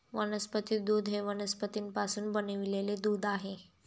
वनस्पती दूध हे वनस्पतींपासून बनविलेले दूध आहे